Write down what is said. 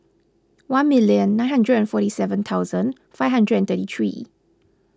one million nine hundred and forty seven thousand five hundred and thirty three